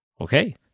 Okay